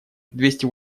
двести